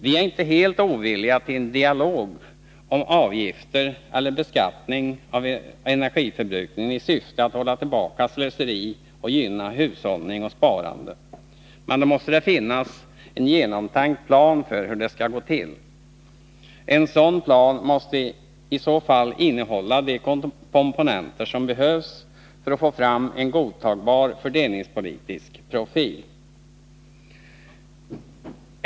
Vi är inte helt ovilliga när det gäller en dialog om avgifter eller beskattning av energiförbrukningen i syfte att hålla tillbaka slöseri och att gynna hushållning och sparande, men då måste det finnas en genomtänkt plan över hur det skall gå till. En sådan plan måste i så fall innehålla de komponenter som behövs för att vi skall få fram en godtagbar fördelningspolitisk profil.